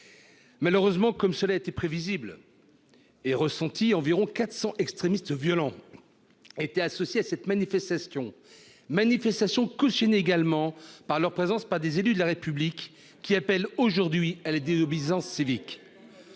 malheureusement, comme cela était prévisible et ressentie environ 400 extrémistes violents étaient associés à cette manifestation, manifestation également par leur présence, par des élus de la République qui appelle aujourd'hui à la désobéissance civique,